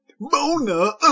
Mona